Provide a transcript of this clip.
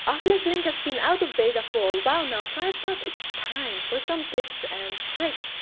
oculus link has been out of beta for a while now, so i thought it's time for some tips and tricks.